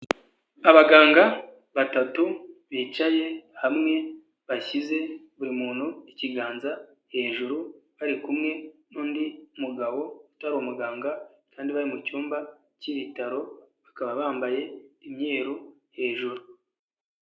Abaganga batatu bicaye hamwe bashyize buri muntu ikiganza hejuru, bari kumwe n'undi mugabo utari umuganga kandi bari mu cyumba k'ibitaro, bakaba bambaye imyeru hejuru.